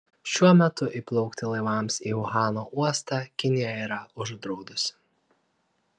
šiuo metu įplaukti laivams į uhano uostą kinija yra uždraudusi